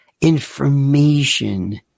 information